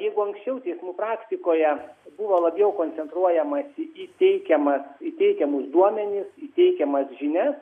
jeigu anksčiau teismų praktikoje buvo labiau koncentruojamasi į teikiamas į teikiamus duomenis į teikiamas žinias